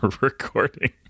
recording